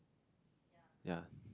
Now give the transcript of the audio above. ya